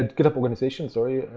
ah github organizations, sorry,